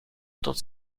tot